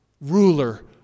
Ruler